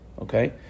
okay